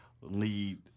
lead